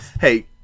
Hey